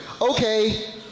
okay